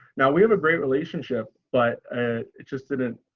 now we have a great relationship, but it just didn't,